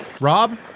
Rob